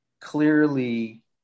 clearly